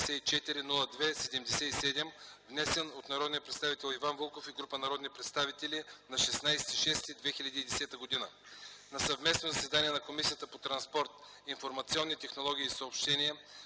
внесен от народния представител Иван Вълков и група народни представители на 16.06.2010 г. На съвместно заседание на Комисията по транспорт, информационни технологии и съобщения